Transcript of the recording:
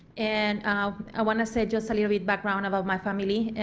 and i want to say just a little bit background about my family.